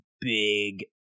big